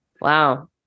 wow